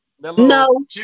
No